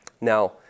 Now